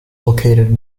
located